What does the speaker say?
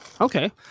Okay